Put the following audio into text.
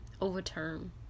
overturn